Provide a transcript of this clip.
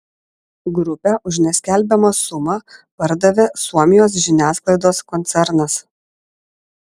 grupę už neskelbiamą sumą pardavė suomijos žiniasklaidos koncernas